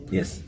Yes